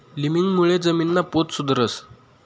लिमिंगमुळे जमीनना पोत सुधरस